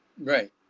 right